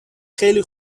خیلی